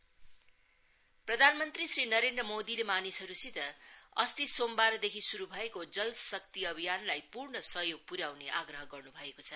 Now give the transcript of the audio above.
जल शक्ति प्रधानमन्त्री श्री नरेन्द्र मोदीले मानिसहरूसित अस्ति सोमबार देखि श्रू भएको जल शक्ति अभियानलाई पूर्ण सहयोग प्र्याउने आग्रह गर्न् भएको छ